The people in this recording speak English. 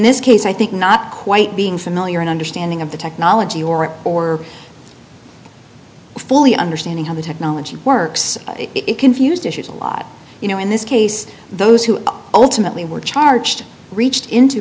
this case i think not quite being familiar an understanding of the technology or it or fully understanding how the technology works it confused issues a lot you know in this case those who ultimately were charged reached into